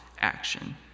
action